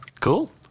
Cool